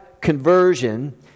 conversion